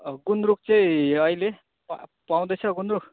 गुन्द्रुक चाहिँ अहिले पाउँदैछ गुन्द्रुक